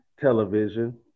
television